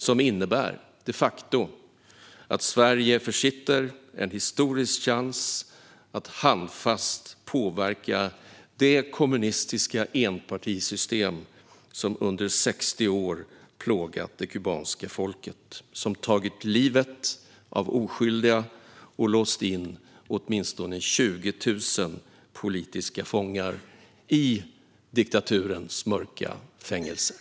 Den innebär de facto att Sverige försitter en historisk chans att handfast påverka det kommunistiska enpartisystem som under 60 år plågat det kubanska folket och som tagit livet av oskyldiga och låst in åtminstone 20 000 politiska fångar i diktaturens mörka fängelser.